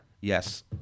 Yes